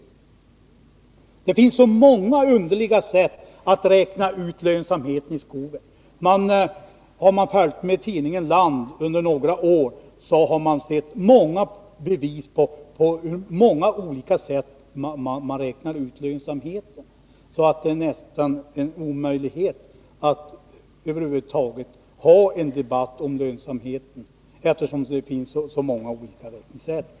Det finns så många underliga sätt att räkna ut lönsamheten i skogen på. Om man har följt med i tidningen Land under några år har man sett exempel på många olika sätt att räkna härvidlag. Det är nästan en omöjlighet att över huvud taget föra en debatt om lönsamhet, eftersom det finns så många olika sätt att räkna på.